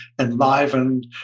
enlivened